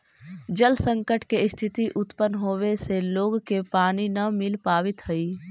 जल संकट के स्थिति उत्पन्न होवे से लोग के पानी न मिल पावित हई